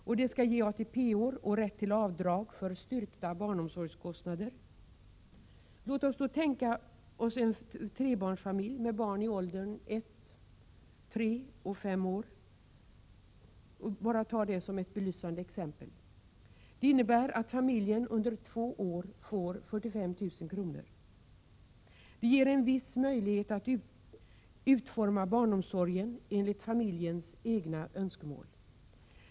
Detta skall ge ATP-år och rätt till avdrag för styrkta barnomsorgskostnader. Låt oss tänka oss en trebarnsfamilj med barn i åldrarna ett, tre och fem år som ett belysande exempel. Denna familj får under två år 45 000 kr. Detta ger en viss möjlighet att utforma barnomsorgen enligt familjens egna önskemål.